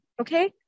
okay